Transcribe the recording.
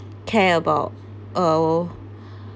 care about uh